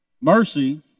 Mercy